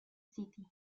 city